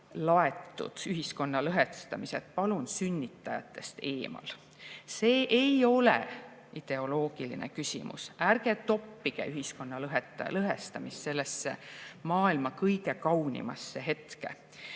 laetud ühiskonna lõhestamised sünnitajatest palun eemal. See ei ole ideoloogiline küsimus. Ärge toppige ühiskonna lõhestamist sellesse maailma kõige kaunimasse hetke!